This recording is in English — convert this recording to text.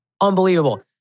Unbelievable